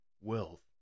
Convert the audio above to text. wealth